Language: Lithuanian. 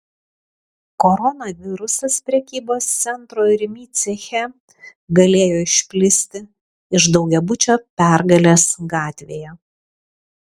koronavirusas prekybos centro rimi ceche galėjo išplisti iš daugiabučio pergalės gatvėje